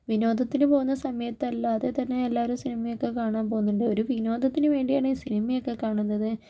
വിനോദത്തിന് പോകുന്ന സമയത്തല്ലാതെ തന്നെ എല്ലാവരും സിനിമയൊക്കെ കാണാൻ പോകുന്നുണ്ട് ഒരു വിനോദത്തിന് വേണ്ടിയാണ് ഈ സിനിമയൊക്കേ കാണുന്നത്